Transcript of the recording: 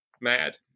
mad